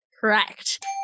Correct